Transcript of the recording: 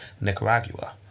Nicaragua